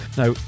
now